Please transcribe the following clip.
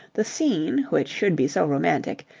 the scene, which should be so romantic,